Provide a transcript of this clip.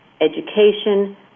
education